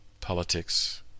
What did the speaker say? politics